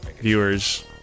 viewers